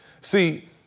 See